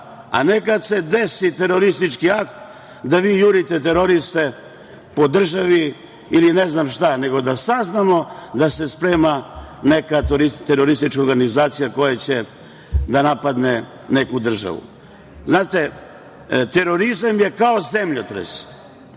a ne kad se desi teroristički akt, da vi jurite teroriste po državi ili ne znam šta, nego da saznamo da se sprema neka teroristička organizacija koja će da napadne neku državu. Terorizam je kao zemljotres,